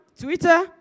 Twitter